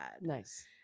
nice